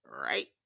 Right